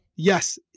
Yes